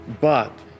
But